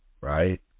right